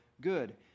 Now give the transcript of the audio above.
good